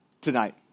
tonight